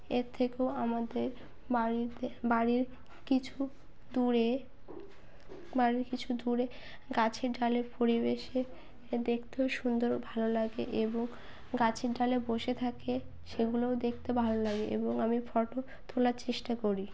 এর থেকেও আমাদের বাড়িতে বাড়ির কিছু দূরে বাড়ির কিছু দূরে গাছের ডালের পরিবেশে দেখতেও সুন্দরও ভালো লাগে এবং গাছের ডালে বসে থাকে সেগুলোও দেখতে ভালো লাগে এবং আমি ফটো তোলার চেষ্টা করি